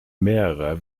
mehrerer